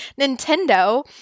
Nintendo